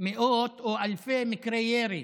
מאות או אלפי נפגעי מקרי ירי,